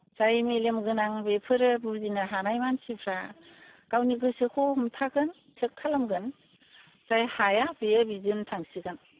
जाय मेलेमगोनां बेफोरो बुजिनो हानाय मानसिफ्रा गावनि गोसोखौ हमथागोन थिख खालामगोन जाय हाया बेयो बिदिनो थांसिगोन